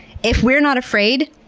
if we're not afraid,